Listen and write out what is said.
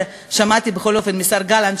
שמעתי בכל אופן מהשר גלנט,